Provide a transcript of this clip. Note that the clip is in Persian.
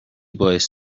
باعث